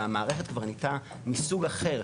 והמערכת כבר נהייתה מסוג אחר,